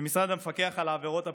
במשרד המפקח על העבירות הפליליות.